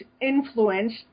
influenced